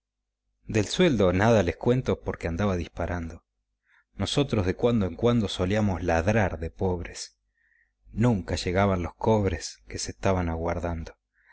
del sueldo nada les cuento porque andaba disparando nosotros de cuando en cuando solíamos ladrar de pobres nunca llegaban los cobres que se estaban aguardando